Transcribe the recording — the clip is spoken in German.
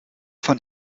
von